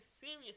serious